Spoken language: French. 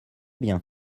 bien